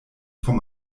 vom